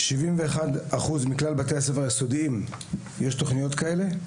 ב-71% מכלל בתי הספר היסודיים יש תכניות כאלה,